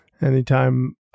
anytime